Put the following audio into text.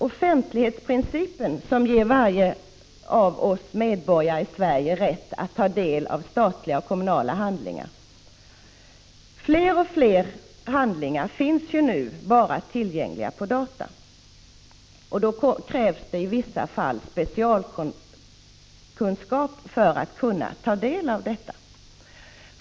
Offentlighetsprincipen ger varje medborgare i Sverige rätt att ta del av statliga och kommunala handlingar. Fler och fler handlingar finns nu endast tillgängliga på data. Specialkunskap krävs i vissa fall för att kunna ta del av dem.